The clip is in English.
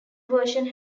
version